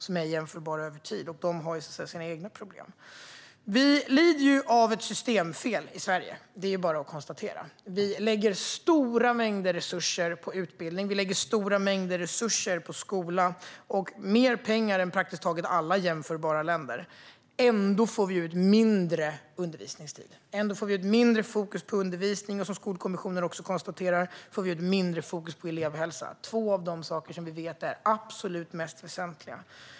De är jämförbara över tid men har sina egna problem. Vi lider av ett systemfel i Sverige. Det är bara att konstatera. Vi lägger mer pengar på skola och utbildning än praktiskt taget alla jämförbara länder. Ändå får vi ut mindre undervisningstid. Vi får mindre fokus både på undervisning och, som Skolkommissionen konstaterar, på elevhälsa. Det är två av de saker som vi vet är mest väsentliga.